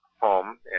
Home